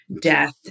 death